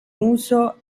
uso